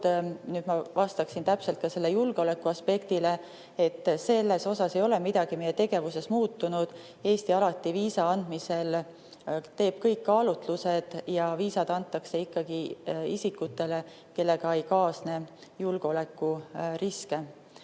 nüüd ma vastaksin täpselt sellele julgeolekuaspektile – ei ole selles mõttes midagi meie tegevuses muutunud. Eesti teeb alati viisa andmisel kõik kaalutlused ja viisa antakse ikkagi isikutele, kellega ei kaasne julgeolekuriske.